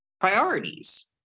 priorities